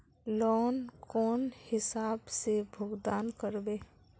Loan कौन हिसाब से भुगतान करबे?